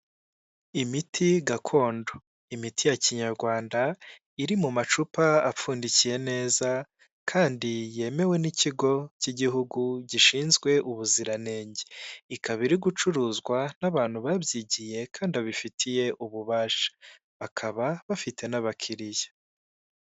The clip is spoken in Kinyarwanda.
Imiti gakondo imiti ya kinyarwanda iri mu macupa apfundikiye neza kandi yemewe n'ikigo cy'igihugu gishinzwe ubuziranenge, ikaba iri gucuruzwa n'abantu babyigiye kandi ba abifitiye ububasha bakaba bafite n'abakiriya.